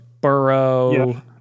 Burrow